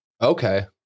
Okay